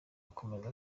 akomeza